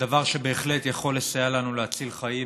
דבר שבהחלט יכול לסייע לנו להציל חיים